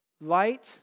light